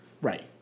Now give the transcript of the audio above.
Right